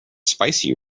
spicy